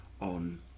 on